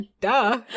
duh